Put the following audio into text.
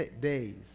days